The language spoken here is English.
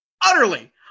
utterly